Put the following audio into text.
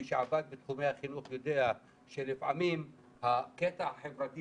מי שעבד בתחומי החינוך יודע שלפעמים הקטע החברתי